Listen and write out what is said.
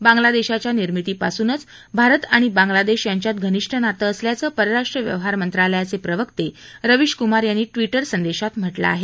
बांगलादेशाच्या निर्मितीपासूनच भारत आणि बांगलादेश यांच्यात घनीष्ठ नातं असल्याचं परराष्ट्र व्यवहार मंत्रालयाचे प्रवक्ते रवीश क्मार यांनी ट्विटर संदेशात म्हटलं आहे